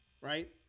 right